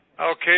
Okay